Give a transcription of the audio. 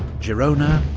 girona,